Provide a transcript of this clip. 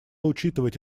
учитывать